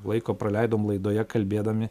laiko praleidom laidoje kalbėdami